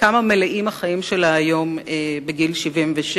כמה מלאים החיים שלה היום בגיל 76: